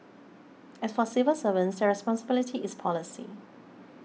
as for civil servants their responsibility is policy